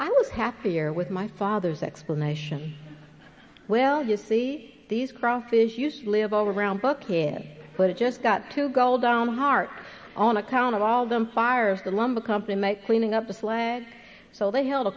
i was happier with my father's explanation well you see these crawfish used to live all around book kids but it just got to go down hard on account of all them fires the lumber company makes cleaning up the sled so they held a